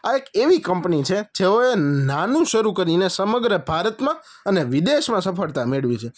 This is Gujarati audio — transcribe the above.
આ એક એવી કંપની છે જેઓએ નાનું શરૂ કરીને સમગ્ર ભારતમાં અને વિદેશમાં સફળતા મેળવી છે